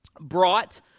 brought